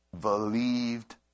believed